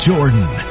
Jordan